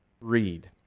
read